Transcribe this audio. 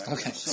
Okay